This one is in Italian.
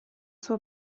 suo